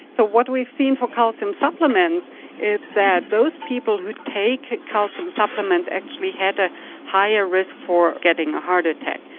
so what we've seen for calcium supplements is that those people who take calcium supplements actually had a higher risk for getting a heart attack,